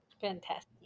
Fantastic